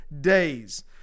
days